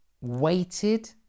waited